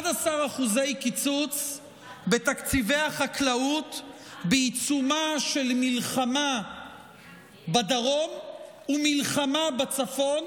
11% קיצוץ בתקציבי החקלאות בעיצומה של מלחמה בדרום ומלחמה בצפון,